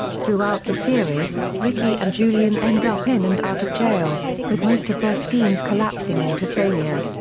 throughout the series, ricky and julian end up in and out of jail with most of their schemes collapsing into failure.